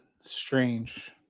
strange